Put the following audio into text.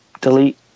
delete